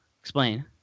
explain